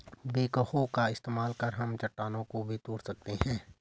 backhoe का इस्तेमाल कर हम चट्टानों को भी तोड़ सकते हैं